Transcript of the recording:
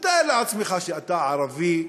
תתאר לך שאתה ערבי,